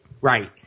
Right